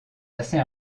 assez